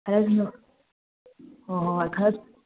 ꯈꯔ ꯊꯨꯅ ꯍꯣꯏ ꯍꯣꯏ ꯍꯣꯏ ꯈꯔ